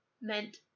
meant